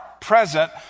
present